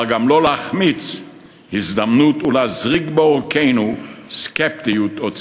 אך גם לא להחמיץ הזדמנות ולהזריק לעורקינו סקפטיות או ציניות.